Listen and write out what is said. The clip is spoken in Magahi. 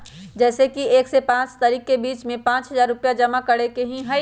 जैसे कि एक से पाँच तारीक के बीज में पाँच हजार रुपया जमा करेके ही हैई?